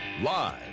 Live